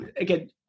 again